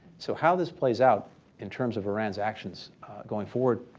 so how this plays out in terms of iran's actions going forward,